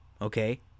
Okay